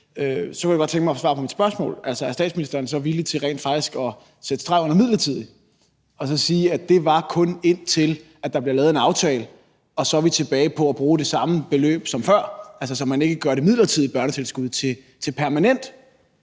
så kunne jeg godt tænke mig at få svar på mit spørgsmål: Er statsministeren så villig til rent faktisk at sætte streg under midlertidigt og sige, at det kun er, indtil der bliver lavet en aftale, hvor vi så er tilbage til at bruge det samme beløb som før, altså så man ikke gør det midlertidige børnetilskud permanent?